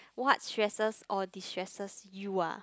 what stresses or destresses you ah